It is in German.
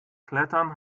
klettern